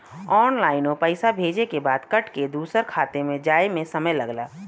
ऑनलाइनो पइसा भेजे के बाद कट के दूसर खाते मे जाए मे समय लगला